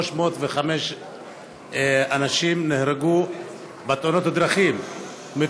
305 אנשים נהרגו בתאונות דרכים,